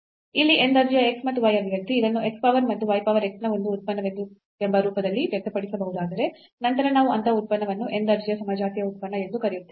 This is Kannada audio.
ಇಲ್ಲಿ n ದರ್ಜೆಯ x ಮತ್ತು y ಅಭಿವ್ಯಕ್ತಿ ಇದನ್ನು x power ಮತ್ತು y over x ನ ಒಂದು ಉತ್ಪನ್ನವೆಂಬ ರೂಪದಲ್ಲಿ ವ್ಯಕ್ತಪಡಿಸಬಹುದಾದರೆ ನಂತರ ನಾವು ಅಂತಹ ಉತ್ಪನ್ನವನ್ನು n ದರ್ಜೆಯ ಸಮಜಾತೀಯ ಉತ್ಪನ್ನ ಎಂದು ಕರೆಯುತ್ತೇವೆ